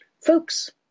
Folks